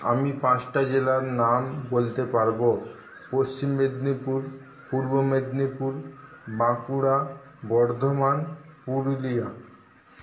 আমি পাঁচটা জেলার নাম বলতে পারব পশ্চিম মেদিনীপুর পূর্ব মেদিনীপুর বাঁকুড়া বর্ধমান পুরুলিয়া